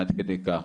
עד כדי כך,